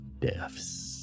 deaths